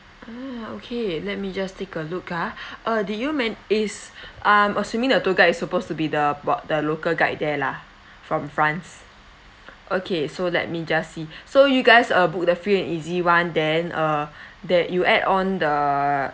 ah okay let me just take a look ah uh did you men~ is um assuming the tour guide is supposed to be the the local guide there lah from france okay so let me just see so you guys uh book the free and easy [one] then uh that you add on the